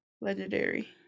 legendary